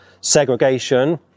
segregation